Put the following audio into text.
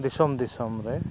ᱫᱤᱥᱚᱢ ᱫᱤᱥᱚᱢ ᱨᱮ